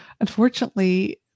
unfortunately